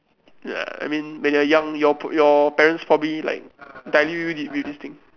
ya I mean when you're young your p~ your parents probably like telling you with with this thing